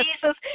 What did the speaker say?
Jesus